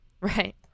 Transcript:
Right